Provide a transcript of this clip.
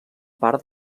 part